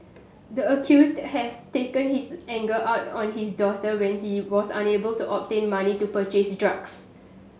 the accused have taken his anger out on his daughter when he was unable to obtain money to purchase drugs